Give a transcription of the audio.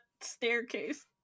staircase